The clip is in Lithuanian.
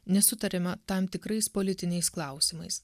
nesutariama tam tikrais politiniais klausimais